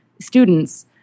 students